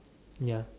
yeah